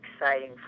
exciting